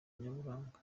nyaburanga